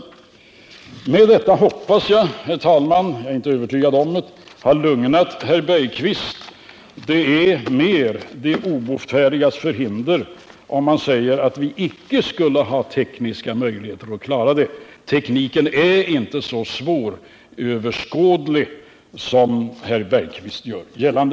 Med detta hoppas jag, herr talman — men jag är inte övertygad om det — ha lugnat herr Bergqvist. Det är således mer ett de obotfärdigas förhinder om man säger att vi icke skulle ha tekniska möjligheter att klara det, eftersom tekniken inte är så svåröverskådlig som herr Bergqvist vill göra gällande.